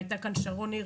הייתה כאן שרון ניר,